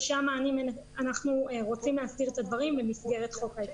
ושם אנחנו רוצים להסדיר את הדברים במסגרת חוק ההסדרים.